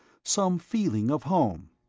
some feeling of home.